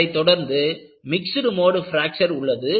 அதைத் தொடர்ந்து mixed mode fracture உள்ளது